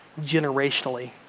generationally